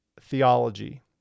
theology